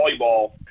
volleyball